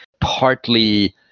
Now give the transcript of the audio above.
partly